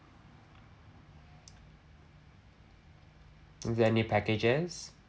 the new packages